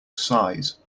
size